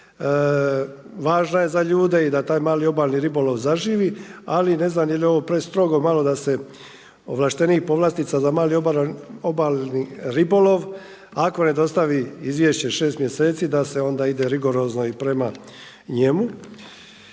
važna je za ljude i da taj mali obalni ribolov zaživi, ali ne znam je li ovo prestrogo malo da se ovlaštenik povlastica za mali obalni ribolov, ako ne dostavi izvješće 6 mjeseci, da se onda ide rigorozno i prema njemu.